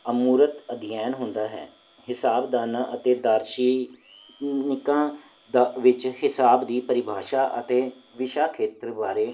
ਅਮੂਰਤ ਅਧਿਐਨ ਹੁੰਦਾ ਹੈ ਹਿਸਾਬ ਦਾਨਾ ਅਤੇ ਦਾਰਸੀ ਨਿੱਕਾ ਦਾ ਵਿੱਚ ਹਿਸਾਬ ਦੀ ਪਰਿਭਾਸ਼ਾ ਅਤੇ ਵਿਸ਼ਾ ਖੇਤਰ ਬਾਰੇ